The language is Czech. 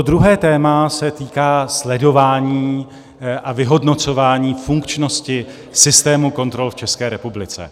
Druhé téma se týká sledování a vyhodnocování funkčnosti systému kontrol v České republice.